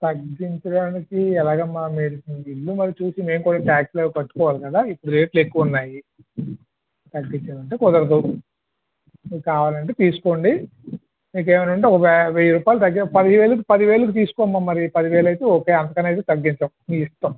తగ్గించడానికి ఎలాగమ్మా మీరు ఇల్లు మరి చూసి మేము కూడా టాక్స్లు అవి కట్టుకోవాలి కదా ఇపుడు రేట్లు ఎక్కువ ఉన్నాయి తగ్గించమంటే కుదరదు మీకు కావాలి అంటే తీస్కోండి ఇంకేవైనా ఉంటే వెయ్యి రూపాయలు తగ్గినా పదివేలు పదివేలకి తీసుకోమ్మా మరి పదివేలు అయితే ఓకే అంతకన్నా తగ్గించం మీ ఇష్టం